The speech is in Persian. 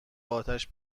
آتیش